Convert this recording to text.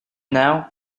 now